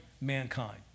mankind